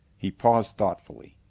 he paused thoughtfully.